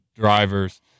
drivers